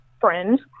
friend